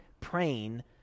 Praying